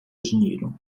dinheiro